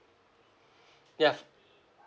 ya